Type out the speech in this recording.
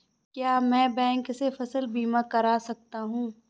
क्या मैं बैंक से फसल बीमा करा सकता हूँ?